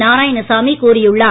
நாராயணசாமி கூறியுள்ளார்